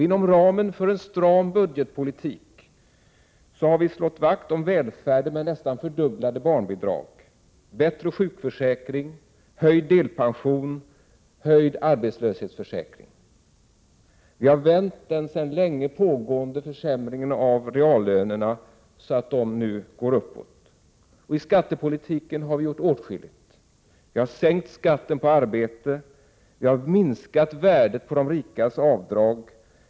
Inom ramen för en stram budgetpolitik har vi slagit vakt om välfärden med nästan fördubblade barnbidrag, bättre sjukförsäkring, höjd delpension och höjd arbetslöshetsförsäkring. Vi har vänt den sedan länge pågående försämringen av reallönerna så att de nu går uppåt. I skattepolitiken har vi gjort åtskilligt. Vi har sänkt skatten på arbete. Vi har minskat värdet på de rikas avdrag.